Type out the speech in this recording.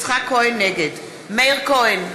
נגד מאיר כהן,